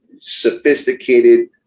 sophisticated